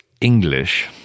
English